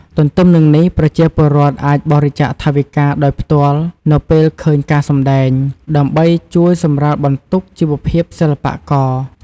ទទ្ទឹមនឹងនេះ ប្រជាពលរដ្ឋអាចបរិច្ចាគថវិកាដោយផ្ទាល់នៅពេលឃើញការសម្ដែង ដើម្បីជួយសម្រាលបន្ទុកជីវភាពសិល្បករ។